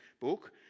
book